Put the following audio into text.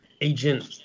agent